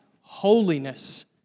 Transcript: holiness